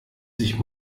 sich